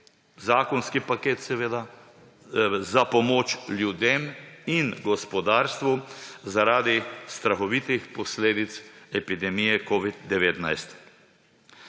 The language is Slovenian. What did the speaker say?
zakonski paket seveda, za pomoč ljudem in gospodarstvu zaradi strahovitih posledic epidemije covid-19.